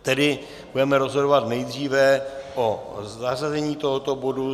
Tedy budeme rozhodovat nejdříve o zařazení tohoto bodu.